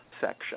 section